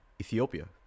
Ethiopia